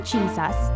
Jesus